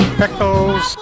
pickles